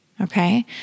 okay